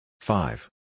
Five